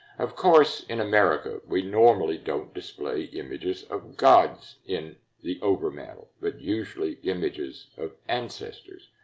of course, in america, we normally don't display images of gods in the overmantel, but usually images of ancestors,